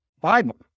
Bible